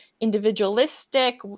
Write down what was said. individualistic